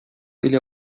ile